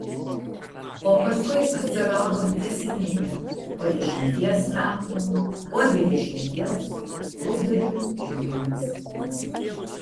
o paskui atsirado tęsiniai po dešimties metų po dvidešimties lūpdažių džiunglės